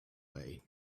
way